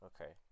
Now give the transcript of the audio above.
Okay